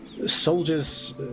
Soldiers